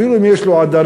אפילו אם יש לו עדרים,